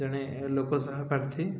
ଜଣେ ଲୋକ ପାର୍ଥୀ